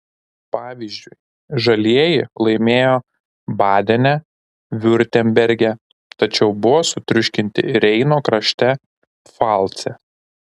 pavyzdžiui žalieji laimėjo badene viurtemberge tačiau buvo sutriuškinti reino krašte pfalce